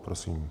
Prosím.